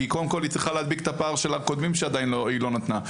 כי קודם היא צריכה להדביק את הפער של הקודמים שהיא עדיין לא נתנה.